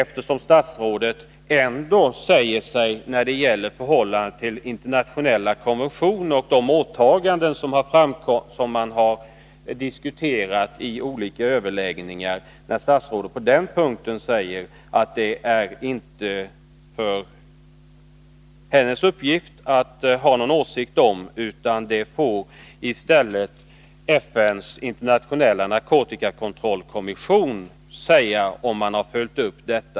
När det gäller frågan om huruvida Danmark följer sina åtaganden enligt de internationella konventionerna, som man har diskuterat i olika överläggningar, säger ju statsrådet att det inte ankommer på henne att uttala någon åsikt om detta, då det är en uppgift för FN:s internationella narkotikakontrollkommission.